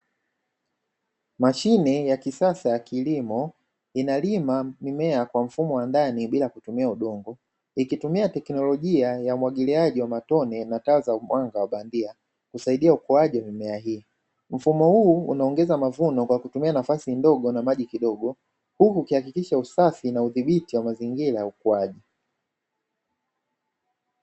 Mashine ya kisasa ya kilimo inalima mimea kwa mfumo wa ndani bila kutumia udongo, ikitumia teknolojia ya umwagiliaji wa matone na taa za mwanga wa bandia kusaidia ukuaji wa mimea hii. Mfumo huu unaongeza mavuno kwa kutumia nafasi ndogo na maji kidogo huku ikihakikisha usafi na udhibiti wa mazingira ya ukuaji.